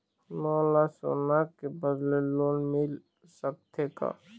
मोला सोना के बदले लोन मिल सकथे का?